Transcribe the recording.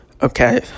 Okay